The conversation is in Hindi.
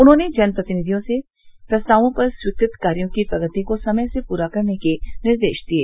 उन्होंने जनप्रतिनिधियों के प्रस्तावों पर स्वीकृत कार्यो की प्रगति को समय से पूरा करने के निर्देश दिये